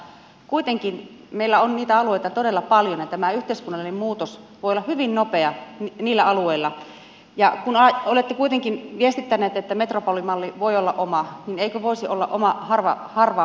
mutta kuitenkin meillä on niitä alueita todella paljon ja tämä yhteiskunnallinen muutos voi olla hyvin nopea niillä alueilla ja kun olette kuitenkin viestittäneet että metropolimalli voi olla omansa niin eikö voisi olla oma harvamalli